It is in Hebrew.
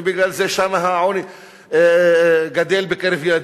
ובגלל זה שם העוני גדל בקרב ילדים.